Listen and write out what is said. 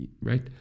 right